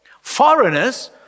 Foreigners